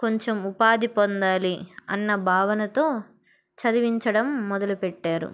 కొంచెం ఉపాధి పొందాలి అన్న భావనతో చదివించడం మొదలుపెట్టారు